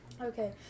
Okay